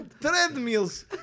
Treadmills